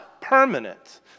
permanent